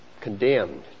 condemned